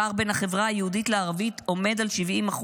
הפער בין החברה היהודית לערבית עומד על 70%,